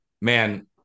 Man